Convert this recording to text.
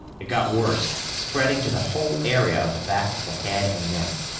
it got worse, spreading to the whole area of the back of the head and neck.